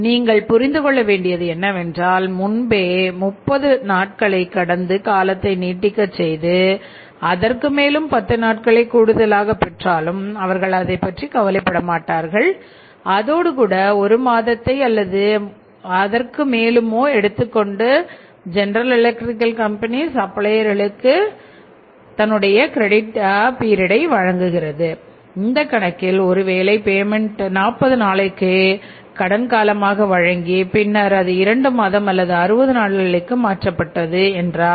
நீங்கள் புரிந்து கொள்ள வேண்டியது என்னவென்றால் முன்பே 30 நாட்களைக் கடந்து காலத்தை நீடிக்கச் செய்து அதற்கு மேலும் பத்து நாட்களை கூடுதலாக பெற்றாலும் அவர்கள் அதைப்பற்றி கவலைப்படாமல் அதோடுகூட ஒரு மாதத்தை அல்லது அதற்கு மேலுமோ எடுத்துக்கொண்டு ஜெனரல் எலக்ட்ரிக் கம்பெனி சப்ளையர்களுக்கு வழங்குகிறது இந்தக் கணக்கில் ஒருவேளை பேமென்ட் 40 நாட்களுக்கு கடன் காலமாக வழங்கி பின்னர் அது இரண்டு மாதம் அல்லது 60 நாட்களுக்கு மாற்றப்பட்டது என்றால்